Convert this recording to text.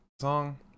song